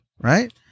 right